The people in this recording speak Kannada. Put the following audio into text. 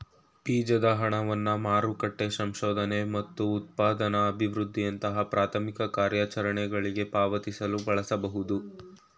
ಬೀಜದ ಹಣವನ್ನ ಮಾರುಕಟ್ಟೆ ಸಂಶೋಧನೆ ಮತ್ತು ಉತ್ಪನ್ನ ಅಭಿವೃದ್ಧಿಯಂತಹ ಪ್ರಾಥಮಿಕ ಕಾರ್ಯಾಚರಣೆಗಳ್ಗೆ ಪಾವತಿಸಲು ಬಳಸಬಹುದು